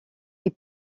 ils